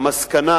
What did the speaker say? המסקנה